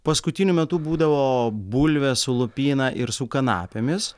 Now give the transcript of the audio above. paskutiniu metu būdavo bulvės su lupyna ir su kanapėmis